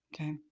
okay